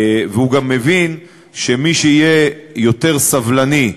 והוא גם מבין שמי שיהיה יותר סבלני,